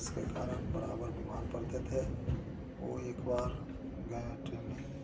जिसके कारण बराबर बीमार पड़ते थे वे एक बार गये ट्रेनिंग